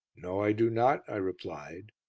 no, i do not, i replied,